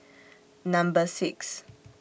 Number six